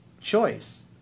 choice